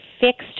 fixed